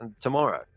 tomorrow